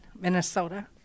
Minnesota